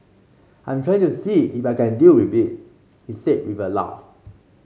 I'm trying to see if I can deal with it he said with a laugh